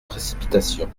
précipitation